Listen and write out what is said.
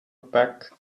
back